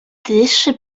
dyszy